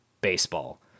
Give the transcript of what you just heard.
baseball